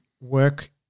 work